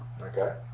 Okay